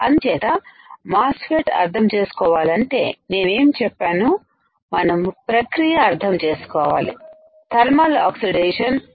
అందుచేత MOSFET అర్థం చేసుకోవాలంటే నేనేం చెప్పాను మనం ప్రక్రియ అర్థంచేసుకోవాలి ధర్మల్ ఆక్సిడేషన్ thermaloxidation